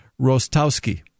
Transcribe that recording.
Rostowski